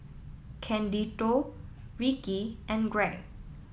Candido Rickie and Greg